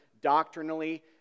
doctrinally